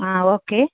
അ okay